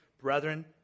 Brethren